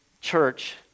church